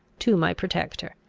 to my protector.